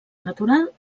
natural